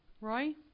Roy